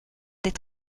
des